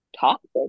toxic